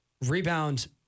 rebound